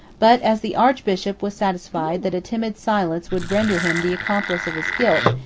but as the archbishop was satisfied that a timid silence would render him the accomplice of his guilt,